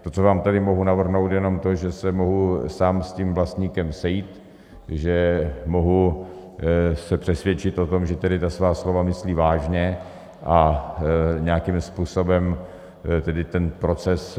To, co vám tady mohu navrhnout, jenom to, že se mohu sám s tím vlastníkem sejít, že se mohu přesvědčit o tom, že tedy ta svá slova myslí vážně, a nějakým způsobem tedy ten proces...